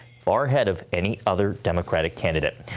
far ahead of any other democratic candidate.